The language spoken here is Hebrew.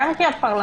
גם כי הפרלמנט